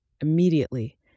immediately